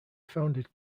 founded